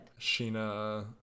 Sheena